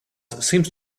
seems